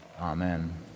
Amen